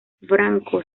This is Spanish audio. franco